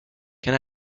can